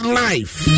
life